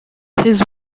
his